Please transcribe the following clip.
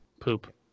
Poop